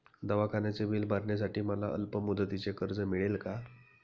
दवाखान्याचे बिल भरण्यासाठी मला अल्पमुदतीचे कर्ज मिळेल का?